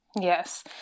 Yes